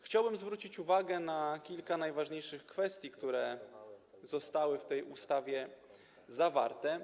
Chciałbym zwrócić uwagę na kilka najważniejszych kwestii, które zostały w tej ustawie zawarte.